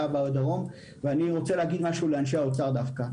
בדרום ואני רוצה להגיד משהו דווקא לאנשי האוצר.